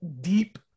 deep